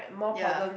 ya